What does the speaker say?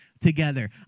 together